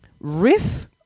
riff